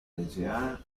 deseada